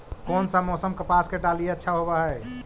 कोन सा मोसम कपास के डालीय अच्छा होबहय?